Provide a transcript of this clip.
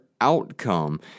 outcome